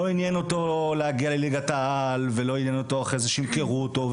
לא עניין אותו להגיע לליגת העל ולא עניין אותו אחרי זה שימכרו אותו,